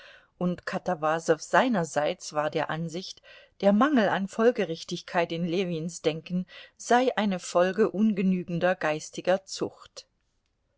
und katawasow seinerseits war der ansicht der mangel an folgerichtigkeit in ljewins denken sei eine folge ungenügender geistiger zucht